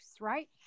right